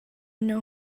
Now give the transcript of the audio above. know